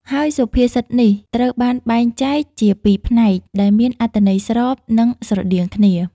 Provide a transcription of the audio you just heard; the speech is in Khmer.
ហើយសុភាសិតនេះត្រូវបានបែងចែកជាពីរផ្នែក ដែលមានអត្ថន័យស្រប និងស្រដៀងគ្នា។